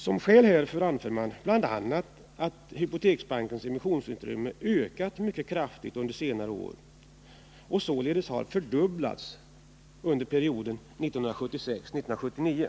Som skäl härför anför man bl.a. att hypoteksbankens emissionsutrymme ökat mycket kraftigt under senare år och således har fördubblats under perioden 1976-1979.